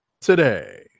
today